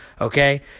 Okay